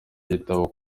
igitabo